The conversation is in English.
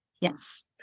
Yes